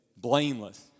blameless